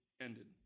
ended